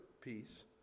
peace